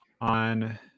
on